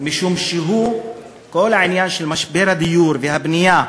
משום שהוא כל העניין של משבר הדיור והבנייה